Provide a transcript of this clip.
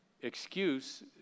excuse